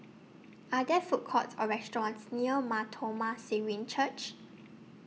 Are There Food Courts Or restaurants near Mar Thoma Syrian Church